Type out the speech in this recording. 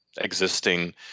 existing